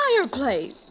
fireplace